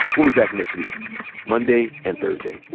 we'll be back next week monday and thursday